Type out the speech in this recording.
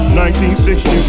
1960